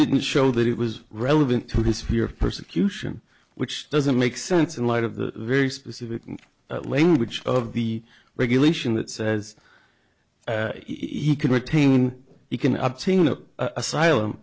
didn't show that it was relevant to his fear of persecution which doesn't make sense in light of the very specific language of the regulation that says he can retain you can obtain a